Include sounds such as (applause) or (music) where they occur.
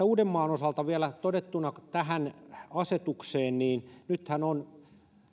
(unintelligible) uudenmaan osalta vielä todettakoon tähän asetukseen liittyen että nythän on